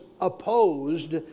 opposed